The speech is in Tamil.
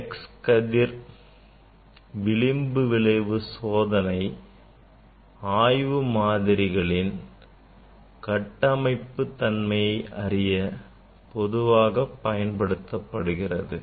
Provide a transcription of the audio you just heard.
x கதிர் விளிம்பு விளைவு சோதனை ஆய்வு மாதிரிகளின் கட்டமைப்பு தன்மையை அறிய பொதுவாக பயன்படுத்தப்படுகிறது